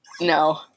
No